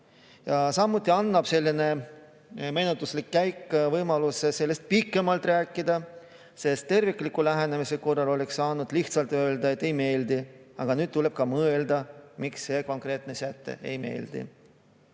Samuti annab selline menetluslik käik võimaluse sellest pikemalt rääkida, sest tervikliku lähenemise korral oleks saanud lihtsalt öelda, et ei meeldi, aga nüüd tuleb ka mõelda, miks see konkreetne säte ei meeldi.